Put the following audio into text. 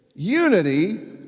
Unity